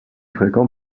fréquent